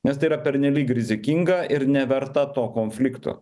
nes tai yra pernelyg rizikinga ir neverta to konflikto